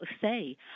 say